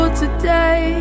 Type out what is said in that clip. today